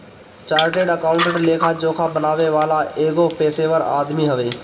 chartered accountant लेखा जोखा बनावे वाला एगो पेशेवर आदमी हवे